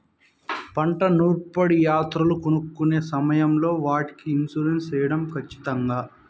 పంట నూర్పిడి యంత్రాలు కొనుక్కొనే సమయం లో వాటికి ఇన్సూరెన్సు సేయడం ఖచ్చితంగా?